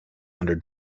under